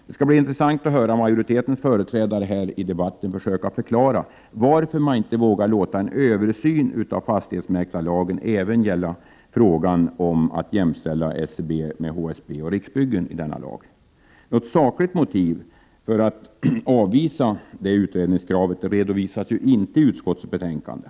Det skall bli intressant att höra majoritetens företrädare här i debatten försöka förklara varför man inte vågar låta en översyn av fastighetsmäklarlagen även gälla frågan om att jämställa SBC med HSB och Riksbyggen. Något sakligt motiv för att avvisa utredningskravet redovisas inte i utskottsbetänkandet.